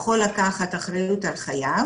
ותלכו לכל תחומי האומנות".